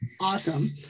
awesome